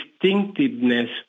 distinctiveness